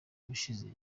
ubushize